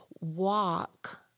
walk